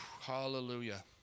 Hallelujah